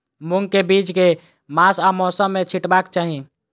मूंग केँ बीज केँ मास आ मौसम मे छिटबाक चाहि?